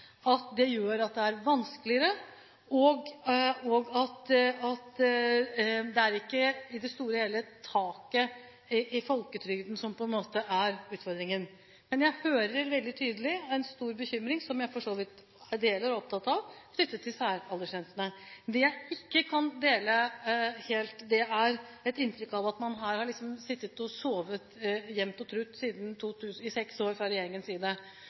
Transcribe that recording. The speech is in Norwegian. at det gjør at det er vanskeligere, og at det i det store og hele ikke er taket i folketrygden som er utfordringen. Men jeg hører veldig tydelig en stor bekymring, som jeg for så vidt deler og er opptatt av, knyttet til særaldersgrensene. Det jeg ikke kan dele helt, er et inntrykk av at her har regjeringen sittet og sovet jevnt og trutt i seks år.